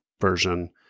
version